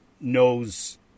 knows